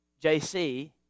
JC